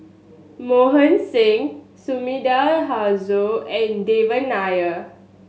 Mohan Singh Sumida Haruzo and Devan Nair